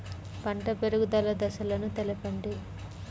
పంట పెరుగుదల దశలను తెలపండి?